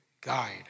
guide